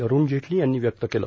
अरुण जेटली यांनी व्यक्त केलं